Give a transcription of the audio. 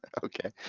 okay,